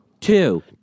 Two